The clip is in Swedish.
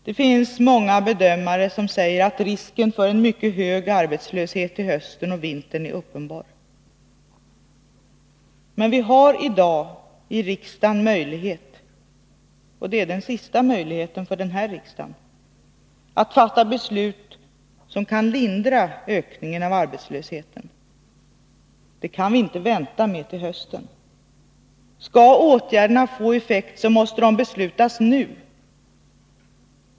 Det finns många bedömare som säger att risken för en mycket hög arbetslöshet till hösten och vintern är uppenbar. Men vi har i dagi riksdagen möjlighet — och det är den sista möjligheten för den här riksdagen — att fatta beslut som kan lindra ökningen av arbetslösheten. Det kan vi inte vänta med till hösten. Skall åtgärderna få effekt, så måste de beslutas nu.